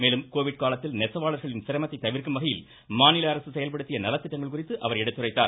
மேலும் கோவிட் காலத்தில் நெசவாளர்களின் சிரமத்தை தவிர்க்கும்வகையில் மாநிலஅரசு செயல்படுத்திய நலத்திட்டங்கள் குறித்து அவர் எடுத்துரைத்தார்